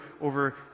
over